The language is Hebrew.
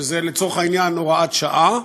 שזה, לצורך העניין, הוראת שעה,